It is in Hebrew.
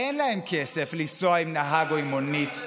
אין להם כסף לנסוע עם נהג או עם מונית,